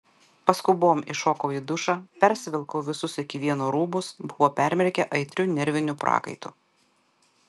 paskubom įšokau į dušą persivilkau visus iki vieno rūbus buvo permirkę aitriu nerviniu prakaitu